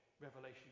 revelation